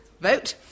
vote